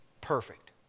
perfect